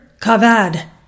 kavad